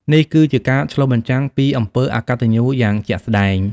នេះគឺជាការឆ្លុះបញ្ចាំងពីអំពើអកតញ្ញូយ៉ាងជាក់ស្តែង។